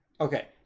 Okay